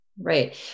Right